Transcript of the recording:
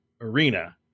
arena